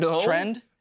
trend